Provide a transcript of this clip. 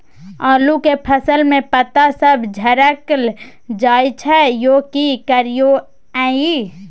आलू के फसल में पता सब झरकल जाय छै यो की करियैई?